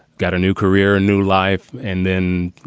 got a new career, a new life. and then, you